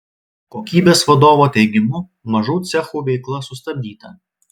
kokybės vadovo teigimu mažų cechų veikla sustabdyta